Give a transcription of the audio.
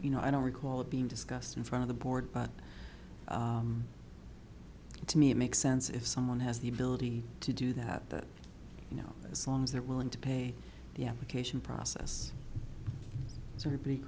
you know i don't recall it being discussed in front of the board but to me it makes sense if someone has the ability to do that you know as long as they're willing to pay the application process or